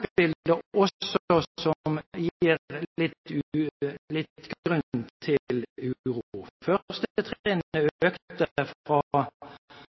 som også gir litt grunn til uro: Første trinnet økte fra